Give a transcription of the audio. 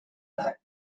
that